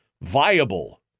viable